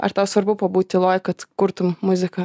ar tau svarbu pabūt tyloj kad kurtum muziką